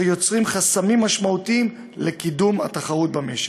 יוצרים חסמים משמעותיים לקידום התחרות במשק.